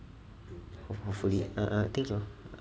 hopefully err err I think so